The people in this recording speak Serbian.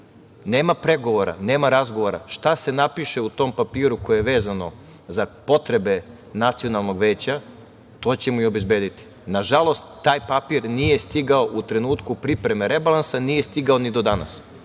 Nema pregovora, nema razgovora. Šta se napiše u tom papiru koje je vezano za potrebe nacionalnog veća, to ćemo i obezbediti. Nažalost, taj papir nije stigao u trenutku pripreme rebalansa, nije stigao ni do danas.